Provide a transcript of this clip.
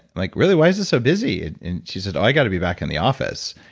like, really, why is this so busy? and she said, i got to be back in the office.